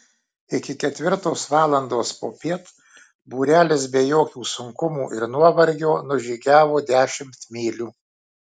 iki ketvirtos valandos popiet būrelis be jokių sunkumų ir nuovargio nužygiavo dešimt mylių